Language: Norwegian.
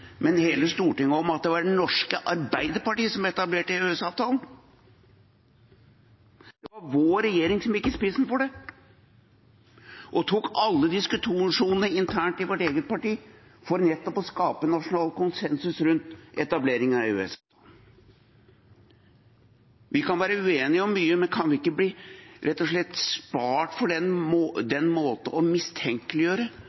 men også hele Stortinget, om at det var Det norske Arbeiderparti som etablerte EØS-avtalen. Det var vår regjering som gikk i spissen for det, og vi tok alle diskusjoner internt i vårt eget parti for nettopp å skape nasjonal konsensus rundt etableringen av EØS. Vi kan være uenige om mye, men kan vi ikke rett og slett bli spart for den